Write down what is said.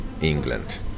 England